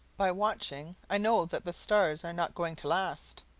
by watching, i know that the stars are not going to last.